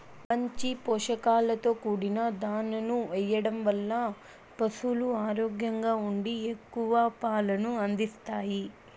మంచి పోషకాలతో కూడిన దాణాను ఎయ్యడం వల్ల పసులు ఆరోగ్యంగా ఉండి ఎక్కువ పాలను అందిత్తాయి